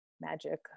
Magic